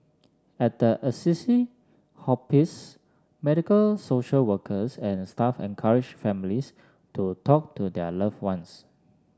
at the Assisi Hospice medical social workers and staff encourage families to talk to their loved ones